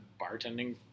bartending